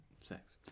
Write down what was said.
sex